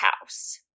house